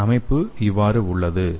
இதன் அமைப்பு இவ்வாறு உள்ளது